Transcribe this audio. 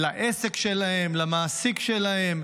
לעסק שלהם, למעסיק שלהם,